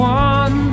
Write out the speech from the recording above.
one